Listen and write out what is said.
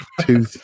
two